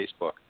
Facebook